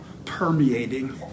permeating